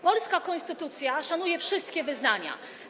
Polska konstytucja szanuje wszystkie wyznania.